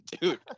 dude